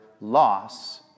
loss